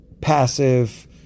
passive